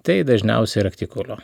tai dažniausiai raktikaulio